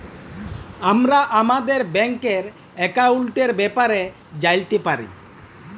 আমরা আমাদের ব্যাংকের একাউলটের ব্যাপারে জালতে পারি